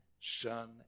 son